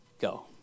Go